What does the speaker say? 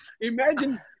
Imagine